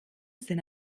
sind